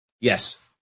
Yes